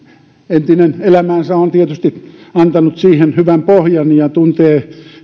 entinen elämänsä on tietysti antanut siihen hyvän pohjan ja hän tuntee